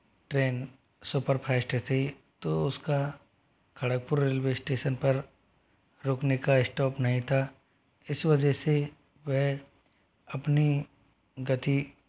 train super fast थी तो उसका खड़गपुर रेलवे स्टेशन पर रुकने का इस्टोप नहीं था इस वजह से वह अपनी गति